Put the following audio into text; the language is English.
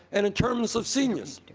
and in terms of seniors,